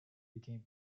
became